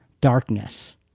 darkness